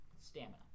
stamina